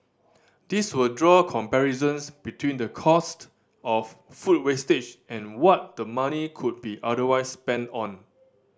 these will draw comparisons between the cost of food wastage and what the money could be otherwise spent on